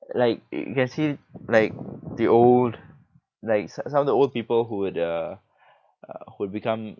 like you can see like the old like so~ some of the old people who would uh uh who would become